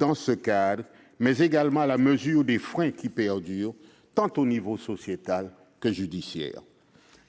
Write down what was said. a suscités, mais également à la mesure des freins qui perdurent, au niveau tant sociétal que judiciaire.